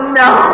no